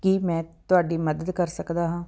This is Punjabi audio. ਕੀ ਮੈਂ ਤੁਹਾਡੀ ਮਦਦ ਕਰ ਸਕਦਾ ਹਾਂ